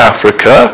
Africa